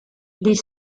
les